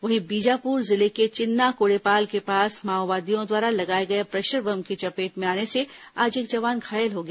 वहीं बीजापुर जिले के चिन्नाकोडेपाल के पास माओवादियों द्वारा लगाए गए प्रेशर बम की चपेट में आने से आज एक जवान घायल हो गया